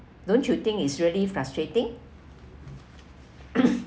don't you think it's really frustrating